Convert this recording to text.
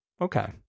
Okay